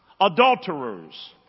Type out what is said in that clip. adulterers